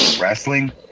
Wrestling